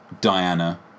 Diana